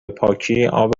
پاکی، اب